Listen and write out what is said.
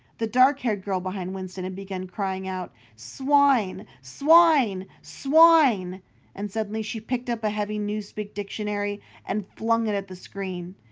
the dark-haired girl behind winston had begun crying out swine! swine! swine and suddenly she picked up a heavy newspeak dictionary and flung it at the screen.